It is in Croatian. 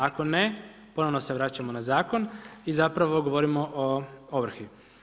Ako ne, ponovno se vraćamo na Zakon i zapravo govorimo o ovrsi.